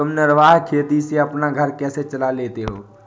तुम निर्वाह खेती से अपना घर कैसे चला लेते हो?